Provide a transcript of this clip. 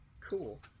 cool